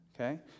Okay